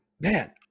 Man